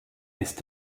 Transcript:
ist